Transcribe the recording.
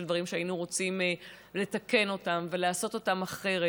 של דברים שהיינו רוצים לתקן ולעשות אותם אחרת,